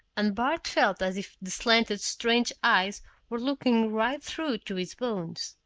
and bart felt as if the slanted strange eyes were looking right through to his bones.